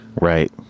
right